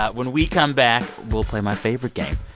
ah when we come back, we'll play my favorite game,